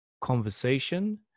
conversation